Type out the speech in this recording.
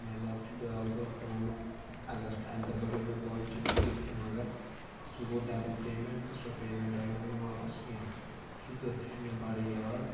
امہِ علاوٕ چھُ بیٛاکھ دۄہ کُنوُہ اَگست امہِ دۄہ بریو مےٚ کالجہِ فیٖس تہٕ مگر سُہ گوٚو ڈَبل پیمٮ۪نٛٹ تہٕ سۄ پیمٮ۪نٛٹ آے نہٕ وٕنہِ واپَس کینٛہہ سُہ دۄہ تہِ چھُ مےٚ بَڑٕ یاد